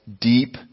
deep